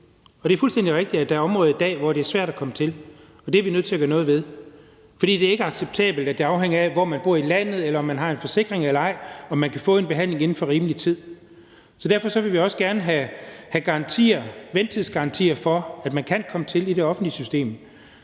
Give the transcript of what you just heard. det er fuldstændig rigtigt, at der er områder i dag, hvor det er svært at komme til, og det er vi nødt til at gøre noget ved. For det er ikke acceptabelt, at det afhænger af, hvor man bor i landet, eller om man har en forsikring eller ej, i forhold til om man kan få en behandling inden for rimelig tid. Derfor vil vi også gerne have ventetidsgarantier for, at man kan komme til i det offentlige system.